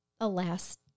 alas